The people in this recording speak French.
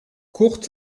kurt